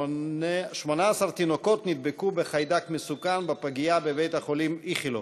18 תינוקות נדבקו בחיידק מסוכן בפגייה בבית-החולים איכילוב.